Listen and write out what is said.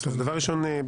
דבר ראשון,